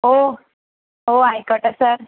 ഓ ഓ ആയിക്കോട്ടെ സാർ